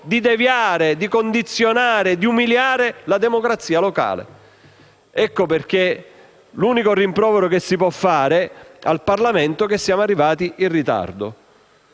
di deviare, di condizionare e umiliare la democrazia locale. Ecco perché l'unico rimprovero che si può fare al Parlamento è che siamo arrivati in ritardo.